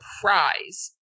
prize